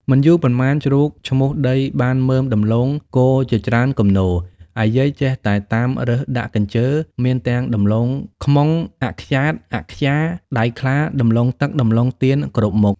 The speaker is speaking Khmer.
មិនយូរប៉ុន្មានជ្រូកឈ្មូសដីបានមើមដំំឡូងគរជាច្រើនគំនរ ឯយាយចេះតែតាមរើសដាក់កព្ជើាមានទាំងដំឡូងខ្មុង អខ្យាត អខ្យា ដៃខ្លា ដំឡូងទឹក ដំឡូងទានគ្រប់មុខ